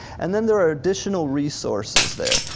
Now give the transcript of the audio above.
and then there are additional resources there.